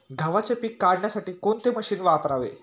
गव्हाचे पीक काढण्यासाठी कोणते मशीन वापरावे?